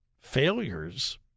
failures